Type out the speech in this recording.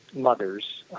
mothers,